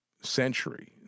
century